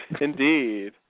Indeed